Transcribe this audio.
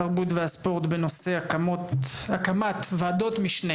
התרבות והספורט בנושא הקמת ועדות משנה